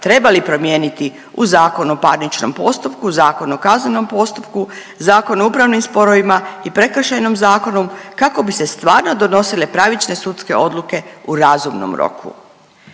trebali promijeniti u Zakonu o parničnom postupku, Zakon o kaznenom postupku, Zakonu o upravnim sporovima i Prekršajnom zakonu kako bi se stvarno donosile pravične sudske odluke u razumnom roku.